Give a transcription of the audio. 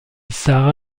sara